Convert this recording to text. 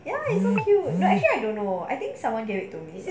eh ya it's so cute actually I don't know I think someone gave it to me